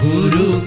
Guru